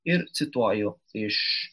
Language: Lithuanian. ir cituoju iš